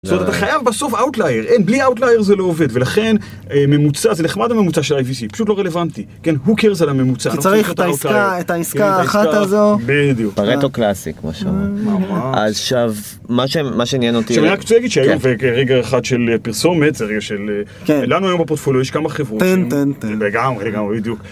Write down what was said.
זאת אומרת אתה חייב בסוף אוטלייר אין בלי אוטלייר זה לא עובד ולכן ממוצע זה נחמד הממוצע של IVC פשוט לא רלוונטי כן הוקר זה הממוצע. אתה צריך את העסקה אחת הזו. בדיוק. פארטו קלאסי מה שאומרים. ממש. עכשיו מה שעניין אותי. שאני רק צריך להגיד שהיום זה רגע אחד של פרסומת זה רגע של לנו היום בפורטפוליאו יש כמה חברות. תן תן תן. לגמרי לגמרי בדיוק.